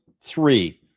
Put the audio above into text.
Three